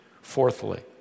Fourthly